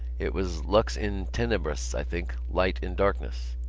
it was lux in tenebris, i think light in darkness.